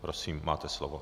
Prosím, máte slovo.